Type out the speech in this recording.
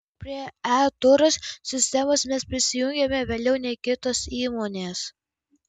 prie e turas sistemos mes prisijungėme vėliau nei kitos įmonės